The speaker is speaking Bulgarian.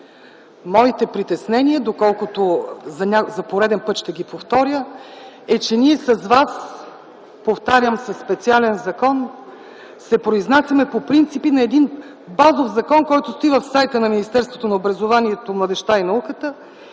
Моите притеснения, за пореден път ще повторя, са, че ние, повтарям – със специален закон се произнасяме по принципи на базов закон, който стои в сайта на Министерството на образованието, младежта и науката